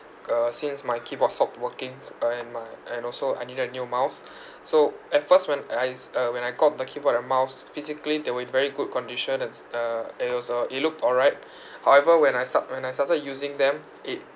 uh since my keyboard stopped working uh and my and also I needed a new mouse so at first when I s~ uh when I got the keyboard and mouse physically they were in very good condition it's uh it was uh it looked alright however when I sta~ when I started using them it